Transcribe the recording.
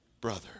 brother